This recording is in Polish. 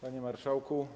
Panie Marszałku!